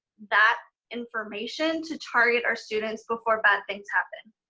that information to target our students before bad things happen.